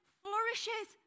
flourishes